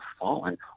fallen